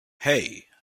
hey